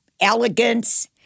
elegance